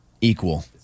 equal